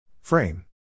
Frame